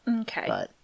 Okay